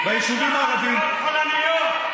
ביישובים הערביים, יש לך דעות חולניות.